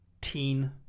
teen